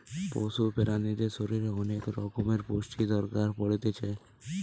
পশু প্রাণীদের শরীরের অনেক রকমের পুষ্টির দরকার পড়তিছে